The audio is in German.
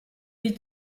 die